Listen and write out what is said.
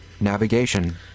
Navigation